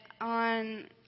on